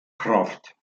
kraft